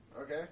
Okay